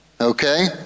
Okay